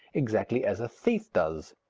exactly as a thief does.